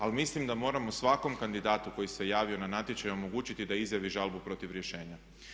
Ali mislim da moramo svakom kandidatu koji se javio na natječaj omogućiti da izjavi žalbu protiv rješenja.